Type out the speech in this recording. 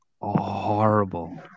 horrible